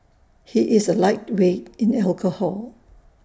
he is A lightweight in alcohol